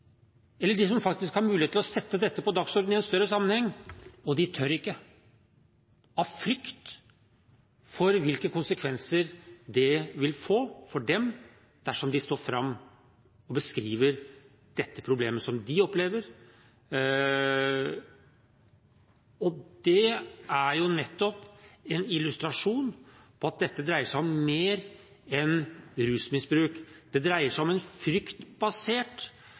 eller politiet eller dem som faktisk har mulighet til å sette dette på dagsordenen i en større sammenheng, så tør de ikke, av frykt for hvilke konsekvenser det vil få for dem dersom de står fram og beskriver dette problemet som de opplever. Det er nettopp en illustrasjon på at dette dreier seg om mer enn rusmisbruk. Det dreier seg om en